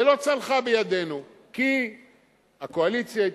ולא צלחה בידנו, כי הקואליציה התמוטטה,